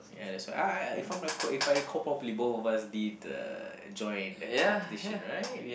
ya that's why I I if I'm not wrong if I recall properly both of us did the join that competition right